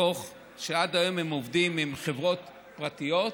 עד היום הם עובדים עם חברות פרטיות,